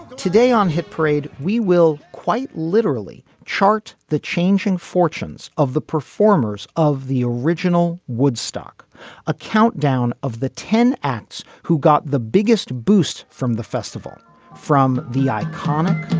today on hit parade we will quite literally chart the changing fortunes of the performers of the original woodstock a countdown of the ten acts who got the biggest boost from the festival from the iconic.